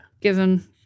Given